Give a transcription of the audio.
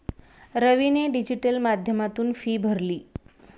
रवीने डिजिटल माध्यमातून फी भरली